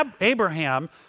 Abraham